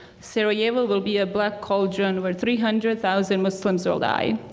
sarajevo will be a black cauldron where three hundred thousand muslims will die.